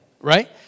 right